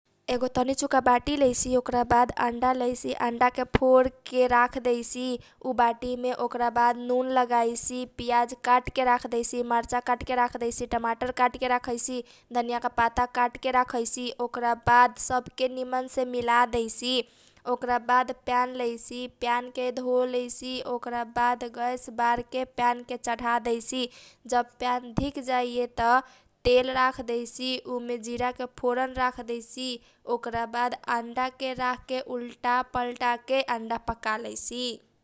सबसे पहिले कुकर लेइसी त कुकरके खगा़र लेइसी तब जाके उमे दाल धरैसी त दाल धके दाल के धोलैसी तब थाके उमे पानी धरैसी पानी धैला के बाद उमे नुन धरैसी हरदी धरैसी तेल धरैसी ओकरा बाद झपकन लगा दैसी त गैस बारैसी गैस बारलाके बाद कुकर चढा दैसी जब कुकरमे छौँ सात सिटी लागेकाइये त गएस बन्द करदैसी ओकरा बाद जब कुकर मेके गैस निकल जाइये ओकरा बाद दालके मिला दैसी ओकरा बाद करसुल लैसी गैस बारैसी करसुलके धिका लैसी उमे तेल, जिरा, मर्चा के फोर्न धरैसी तब उ धिक जैये त दालके सेउक दैसी हम अइसे दाल पकाइसी ।